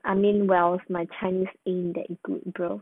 I mean well my chinese ain't that good bro